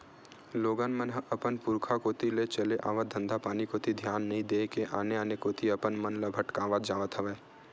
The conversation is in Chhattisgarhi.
लोगन मन ह अपन पुरुखा कोती ले चले आवत धंधापानी कोती धियान नइ देय के आने आने कोती अपन मन ल भटकावत जावत हवय